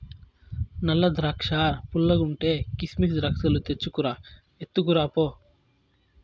నల్ల ద్రాక్షా పుల్లగుంటే, కిసిమెస్ ద్రాక్షాలు తెచ్చుకు రా, ఎత్తుకురా పో